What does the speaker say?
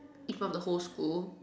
in front of the whole school